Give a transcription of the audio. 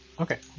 Okay